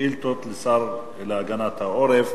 שאילתות לשר להגנת העורף.